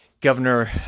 Governor